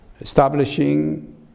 establishing